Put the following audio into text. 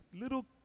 little